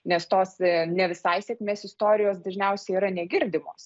nes tos ne visai sėkmės istorijos dažniausiai yra negirdimos